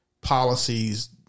policies